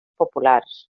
populars